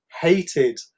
hated